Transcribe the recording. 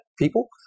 people